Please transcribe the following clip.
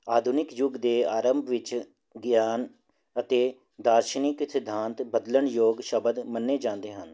ਆਧੁਨਿਕ ਯੁੱਗ ਦੇ ਆਰੰਭ ਵਿੱਚ ਗਿਆਨ ਅਤੇ ਦਾਰਸ਼ਨਿਕ ਸਿਧਾਂਤ ਬਦਲਣ ਯੋਗ ਸ਼ਬਦ ਮੰਨੇ ਜਾਂਦੇ ਹਨ